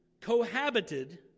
cohabited